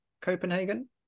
Copenhagen